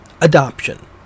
adoption